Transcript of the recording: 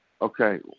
Okay